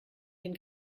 den